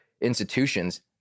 Institutions